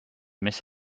miss